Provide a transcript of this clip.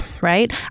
right